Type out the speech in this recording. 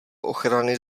ochrany